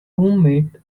roommate